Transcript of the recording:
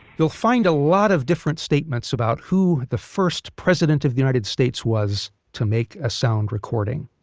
you'll find a lot of different statements about who the first president of the united states was to make a sound recording,